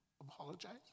Apologize